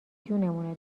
جونمون